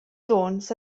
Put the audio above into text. jones